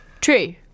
True